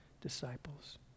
disciples